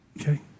Okay